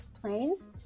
planes